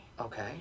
Okay